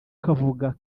kavuga